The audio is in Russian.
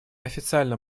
официально